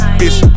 bitch